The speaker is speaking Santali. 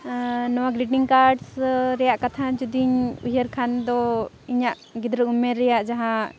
ᱱᱚᱣᱟ ᱜᱨᱤᱴᱤᱝ ᱠᱟᱨᱰᱥ ᱨᱮᱭᱟᱜ ᱠᱟᱛᱷᱟ ᱡᱩᱫᱤᱧ ᱩᱭᱦᱟᱹᱨ ᱠᱷᱟᱱᱫᱚ ᱤᱧᱟᱹᱜ ᱜᱤᱫᱽᱨᱟᱹ ᱩᱢᱮᱨ ᱨᱮᱭᱟᱜ ᱡᱟᱦᱟᱸ